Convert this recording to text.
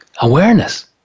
awareness